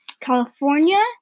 California